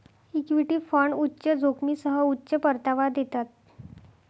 equity fund उच्च जोखमीसह उच्च परतावा देतात